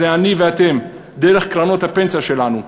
זה אני ואתם, דרך קרנות הפנסיה שלנו.